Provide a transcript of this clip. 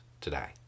today